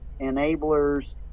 enablers